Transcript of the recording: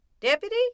Deputy